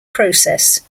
process